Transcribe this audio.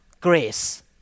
grace